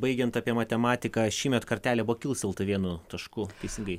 baigiant apie matematiką šįmet kartelė buvo kilstelta vienu tašku teisingai